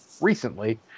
recently